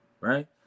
right